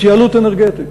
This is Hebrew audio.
התייעלות אנרגטית,